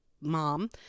mom